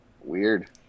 weird